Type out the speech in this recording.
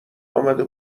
آمده